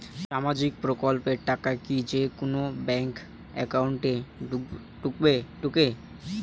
সামাজিক প্রকল্পের টাকা কি যে কুনো ব্যাংক একাউন্টে ঢুকে?